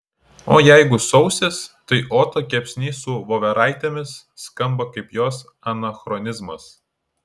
o jeigu sausis tai oto kepsnys su voveraitėmis skamba kaip jos anachronizmas